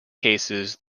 cases